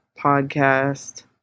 podcast